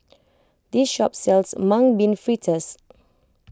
this shop sells Mung Bean Fritters